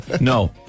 No